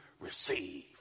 receive